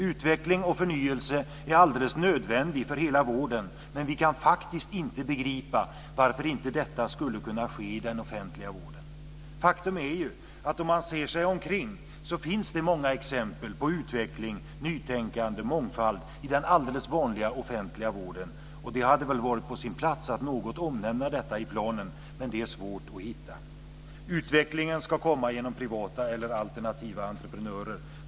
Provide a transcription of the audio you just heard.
Utveckling och förnyelse är alldeles nödvändig för hela vården, men vi kan faktiskt inte begripa varför detta inte skulle kunna ske i den offentliga vården. Faktum är att om man ser sig omkring finns det många exempel på utveckling, nytänkande och mångfald i den alldeles vanliga offentliga vården. Det hade väl varit på sin plats att något omnämna detta i planen, men det är svårt att hitta. Utvecklingen ska komma genom privata eller alternativa entreprenörer.